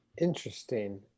Interesting